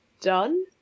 done